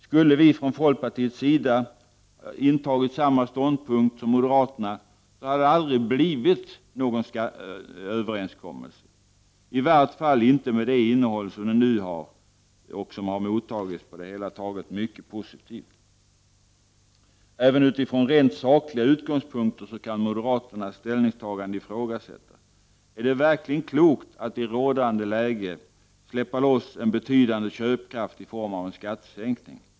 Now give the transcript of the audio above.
Skulle vi från folkpartiets sida intagit samma ståndpunkt som moderaterna, hade det aldrig blivit någon överenskommelse, i vart fall inte med det innehåll som den har nu och som mottagits på det hela taget mycket positivt. Även utifrån rent sakliga utgångspunkter kan moderaternas ställningstagande ifrågasättas. Är det verkligen klokt att i rådande läge släppa loss en betydande köpkraft i form av en skattesänkning?